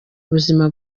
buzima